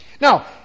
Now